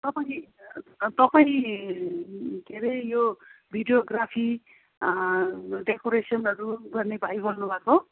तपाईँले तपाईँ के अरे यो भिडियोग्राफी डेकोरेसनहरू गर्ने भाइ बोल्नु भएको हो